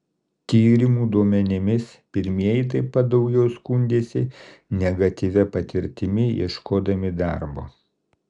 tyrimų duomenimis pirmieji taip pat daugiau skundėsi negatyvia patirtimi ieškodami darbo